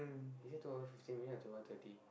is it two hour fifteen minute or two hour thirty